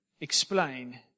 explain